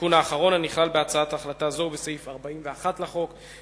התיקון האחרון הנכלל בהצעת החלטה זו הוא סעיף 41 לחוק,